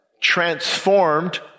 transformed